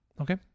okay